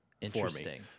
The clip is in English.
Interesting